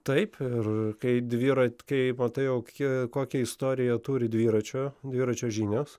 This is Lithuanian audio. taip ir kai dviratį kai matai kokią istoriją turi dviračio dviračio žinios